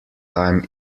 time